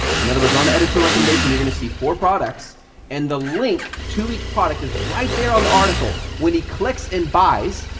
in other words, on the editor recommendation you're going to see four products and the link to each product is right there on the article. when he clicks and buys,